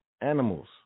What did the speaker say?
animals